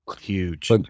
huge